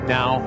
Now